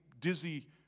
dizzy